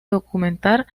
documentar